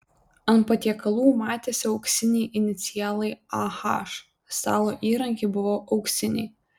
ant patiekalų matėsi auksiniai inicialai ah stalo įrankiai buvo auksiniai